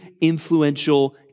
influential